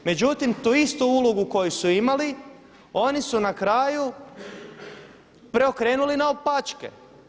Međutim tu istu ulogu koju su imali oni su na kraju preokrenuli naopačke.